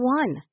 one